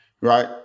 right